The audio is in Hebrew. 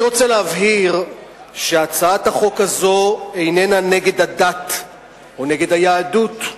אני רוצה להבהיר שהצעת החוק הזאת איננה נגד הדת או נגד היהדות,